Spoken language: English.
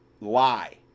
lie